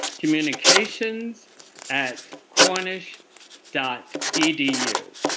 communications at cornish dot edu